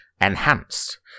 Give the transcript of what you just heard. enhanced